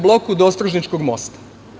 Bloku do ostružničkog mosta.